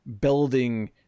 building